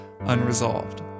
Unresolved